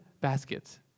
baskets